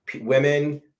women